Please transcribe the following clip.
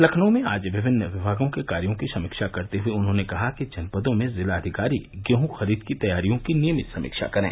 लखनऊ में आज विभिन्न विभागों के कार्यों की समीक्षा करते हुए उन्होंने कहा कि जनपदों में जिलाधिकारी गेहूं खरीद की तैयारियों की नियमित समीक्षा करें